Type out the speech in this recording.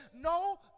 No